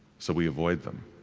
so we avoid them.